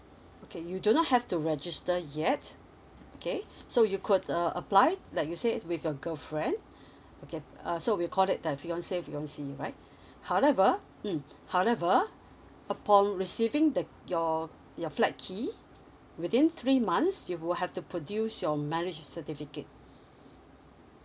okay you do not have to register yet okay so you could uh apply like you said with your girlfriend okay uh so we call that the fiance fiancee right however mm however upon receiving the your your flat key within three months you will have to produce your marriage certificate